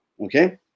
okay